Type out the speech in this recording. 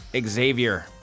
xavier